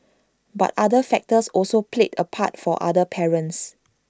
but other factors also played A part for other parents